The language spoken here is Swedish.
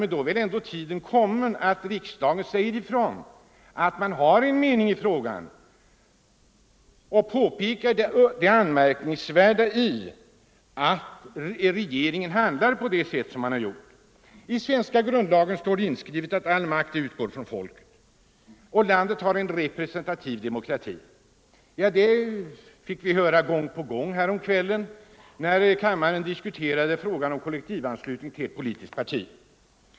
Nu är väl ändå tiden kommen att riksdagen säger ifrån att den har en mening i frågan och påpekar det anmärkningsvärda i att regeringen handlar på det sätt som den har gjort. I den svenska grundlagen står det inskrivet att all makt utgår från folket och att landet har en representativ demokrati. Det fick vi höra gång på gång häromkvällen när kammaren diskuterade frågan om kollektivanslutning till politiskt parti.